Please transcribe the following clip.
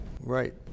Right